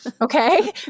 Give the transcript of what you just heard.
Okay